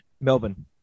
Melbourne